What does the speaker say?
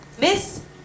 Miss